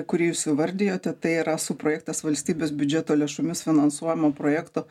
kurį jūs įvardijote tai yra subprojektas valstybės biudžeto lėšomis finansuojamo projekto